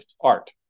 art